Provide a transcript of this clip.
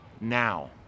now